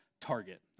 target